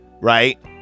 right